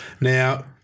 now